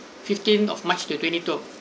fifteenth of march to twenty two